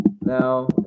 Now